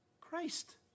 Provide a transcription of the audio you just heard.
Christ